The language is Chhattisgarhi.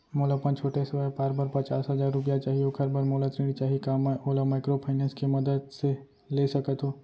मोला अपन छोटे से व्यापार बर पचास हजार रुपिया चाही ओखर बर मोला ऋण चाही का मैं ओला माइक्रोफाइनेंस के मदद से ले सकत हो?